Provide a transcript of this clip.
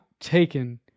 taken